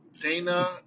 Dana